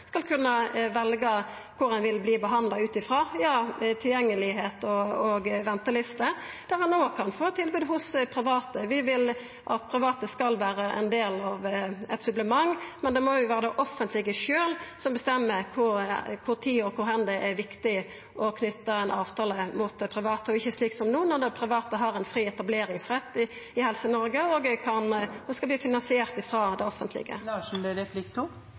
skal kunna velja kor ein vil verta behandla ut frå tilgjenge og ventelister, og at ein òg kan få tilbod hos private. Vi vil at private skal vera eit supplement, men det må vera det offentlege som bestemmer kva tid det er viktig å knyta ein avtale mot dei private, og kvar, og ikkje slik som no, at dei private har fri etableringsrett i Helse-Noreg og vert finansierte av det offentlege. I Senterpartiets budsjett kan